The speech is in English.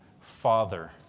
father